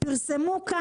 פרסם אחד